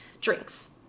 drinks